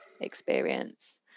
experience